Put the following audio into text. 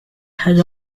has